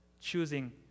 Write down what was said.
choosing